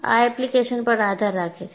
આ એપ્લિકેશન પર આધાર રાખે છે